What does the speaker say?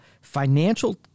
Financial